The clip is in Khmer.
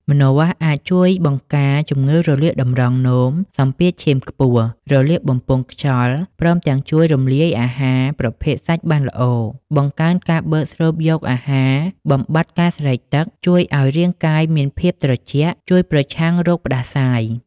ម្នាស់ អាចជួយបង្ការ ជំងឺរលាកតម្រងនោម សម្ពាធឈាមខ្ពស់ រលាកបំពង់ខ្យល់ ព្រមទាំងជួយរំលាយអាហារប្រភេទសាច់បានល្អ បង្កើនការបឺតស្រូបយកអាហារបំបាត់ការស្រេកទឹក ជួយអោយរាងកាយមានភាពត្រជាក់ ជួយប្រឆាំងរោគផ្តាសាយ ។